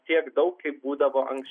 tiek daug kaip būdavo anksčiau